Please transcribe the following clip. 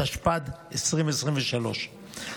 התשפ"ד 2023,